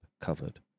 covered